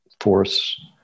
force